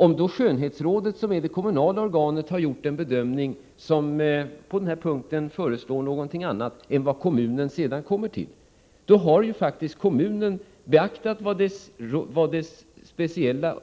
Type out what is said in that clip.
Även om skönhetsrådet, som alltså är det kommunala organet, i det här fallet har gjort en bedömning som resulterat i att rådet föreslagit något annat än vad kommunen sedan kommit fram till, har kommunen ändå beaktat vad dess speciella